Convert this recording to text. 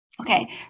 Okay